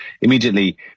Immediately